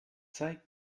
zeig